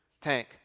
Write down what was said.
tank